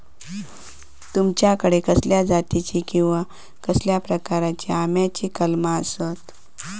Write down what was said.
तुमच्याकडे कसल्या जातीची किवा कसल्या प्रकाराची आम्याची कलमा आसत?